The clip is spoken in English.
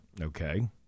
Okay